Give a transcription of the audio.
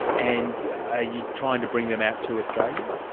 and you trying to bring them out to australia?